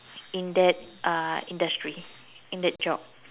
in that uh industry in that job